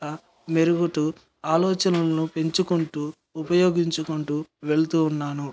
మెరుగుతూ ఆలోచనలను పెంచుకుంటూ ఉపయోగించుకుంటూ వెళుతూ ఉన్నాను